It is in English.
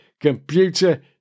computer